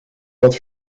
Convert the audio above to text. wat